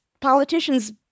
Politicians